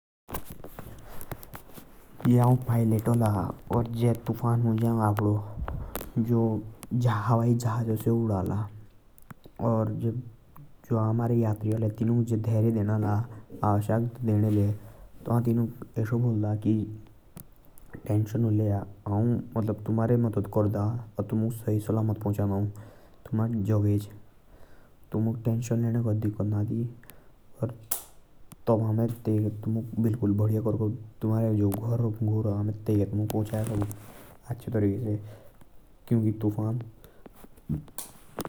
जा हौं पैलेट होला और में तूफ़ान मुँज। हवाई जहाज उडाणो। ता जो हमारे यात्री हाले ता आऊं तिनुक। धरेया देंदा कि टेंशन नू लाय। तुमुक पौह नई दें दै तुमारे डरके।